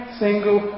single